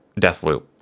Deathloop